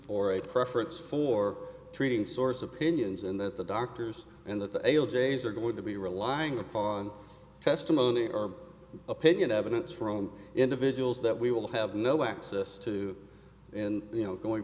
or a preference for treating source opinions and that the doctors and the ale days are going to be relying upon testimony or opinion evidence from individuals that we will have no access to in you know going